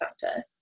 factor